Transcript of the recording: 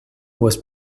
was